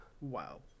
Wow